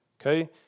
Okay